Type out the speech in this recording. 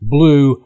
Blue